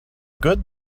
good